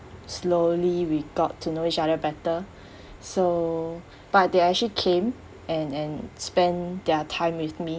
slowly we got to know each other better so but they actually came and and spend their time with me